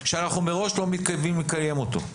שאנחנו מראש לא מתכוונים לקיים אותו.